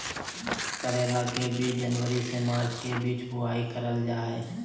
करेला के बीज जनवरी से मार्च के बीच बुआई करल जा हय